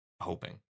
hoping